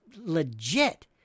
legit